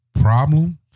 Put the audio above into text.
problem